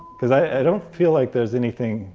cause i don't feel like there's anything